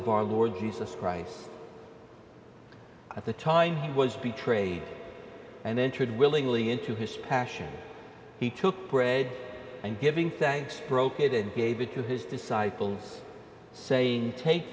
of our lord jesus christ at the time he was betrayed and entered willingly into his passion he took bread and giving thanks broke it and gave it to his disciples saying take